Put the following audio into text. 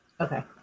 Okay